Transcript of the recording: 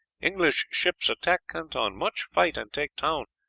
english ships attack canton, much fight and take town,